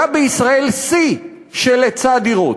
היה בישראל שיא של היצע דירות.